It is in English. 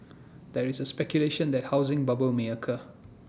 there is speculation that A housing bubble may occur